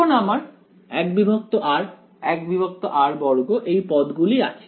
এখন আমার 1r 1r2 এই পদ গুলি আছে